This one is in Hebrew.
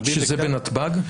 שזה בנתב"ג?